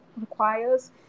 requires